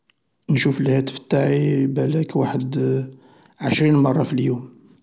نشوف الهاتف انتاعي بلاك واحد عشرين مرة في اليوم.